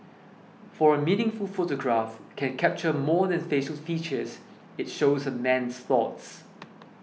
for a meaningful photograph can capture more than facial features it shows a man's thoughts